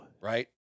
right